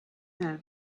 have